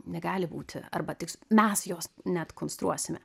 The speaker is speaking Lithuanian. negali būti arba tiks mes jos net konstruosime